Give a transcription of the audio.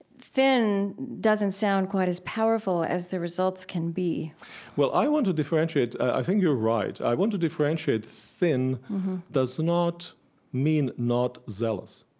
thin doesn't sound quite as powerful as the results can be well, i want to differentiate. i think you're right. i want to differentiate, thin does not mean not zealous.